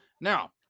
Now